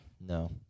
No